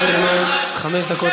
אישה דתייה,